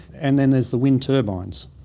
and then there's the wind turbines,